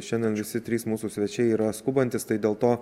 šiandien visi trys mūsų svečiai yra skubantys tai dėl to